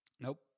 Nope